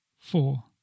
four